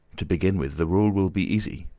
to begin with the rule will be easy.